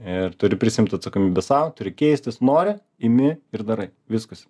ir turi prisiimt atsakomybę sau turi keistis nori imi ir darai viskas